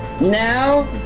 Now